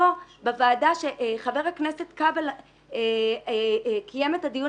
בוועדה עת חבר הכנסת כבל קיים את הדיון